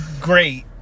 great